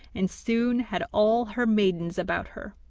and soon had all her maidens about her,